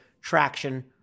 traction